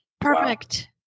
Perfect